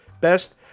best